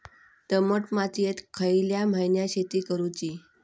दमट मातयेत खयल्या महिन्यात शेती करुची?